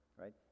right